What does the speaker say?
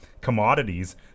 commodities